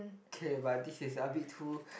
okay but this is a bit too